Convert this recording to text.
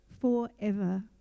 forever